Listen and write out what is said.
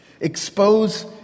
Expose